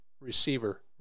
receiver